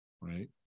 right